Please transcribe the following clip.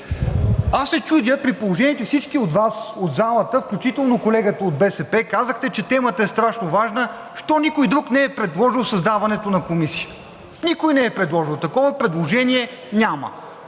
Аз се чудя, при положение че всички от Вас от залата, включително колегата от БСП, казахте, че темата е страшно важна, защо никой друг не е предложил създаването на комисия? Никой не е предложил. Такова предложение няма.